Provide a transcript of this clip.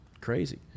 crazy